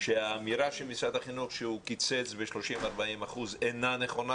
שהאמירה של משרד החינוך שהוא קיצץ ב-40%-30% אינה נכונה.